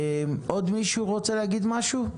עוד מישהו רוצה להגיד משהו?